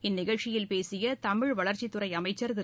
இந்நிகழ்ச்சியில் பேசிய தமிழ் வளர்ச்சி துறை அமைச்சர் திரு